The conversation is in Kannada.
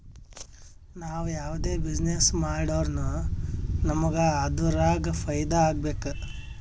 ನಾವ್ ಯಾವ್ದೇ ಬಿಸಿನ್ನೆಸ್ ಮಾಡುರ್ನು ನಮುಗ್ ಅದುರಾಗ್ ಫೈದಾ ಆಗ್ಬೇಕ